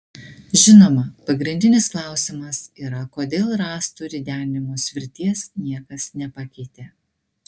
žinoma pagrindinis klausimas yra kodėl rąstų ridenimo svirties niekas nepakeitė